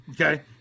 Okay